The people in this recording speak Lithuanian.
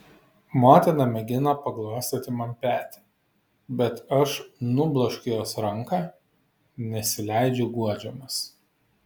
motina mėgina paglostyti man petį bet aš nubloškiu jos ranką nesileidžiu guodžiamas